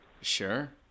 Sure